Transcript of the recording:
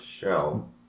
shell